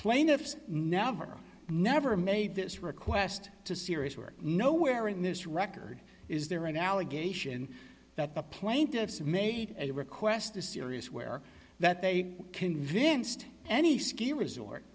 plaintiffs never never made this request to serious work nowhere in this record is there an allegation that the plaintiffs made a request to sirius where that they convinced any ski resort